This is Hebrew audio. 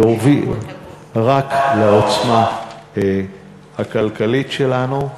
יביא רק לעוצמה הכלכלית שלנו.